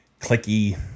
clicky